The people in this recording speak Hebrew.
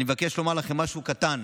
אני מבקש לומר לכם משהו קטן: